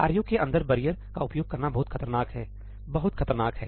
कार्यों के अंदर बैरियर का उपयोग करना बहुत खतरनाक है बहुत खतरनाक है